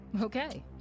Okay